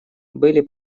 были